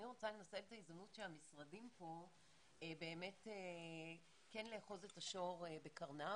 אני רוצה לנצל את ההזדמנות שהמשרדים פה באמת כן לאחוז את השור בקרניו